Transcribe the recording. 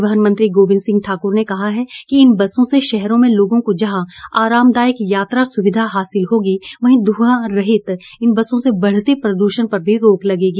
परिवहन मंत्री गोविन्द सिंह ठाक्र ने कहा है कि इन बसों से शहर में लोगों को जहां आरामदायक यात्रा सुविधा हासिल होगी वहीं ध्आं रहित इन बसों से बढ़ते प्रदूषण पर भी रोक लगेगी